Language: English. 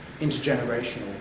intergenerational